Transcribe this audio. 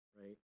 right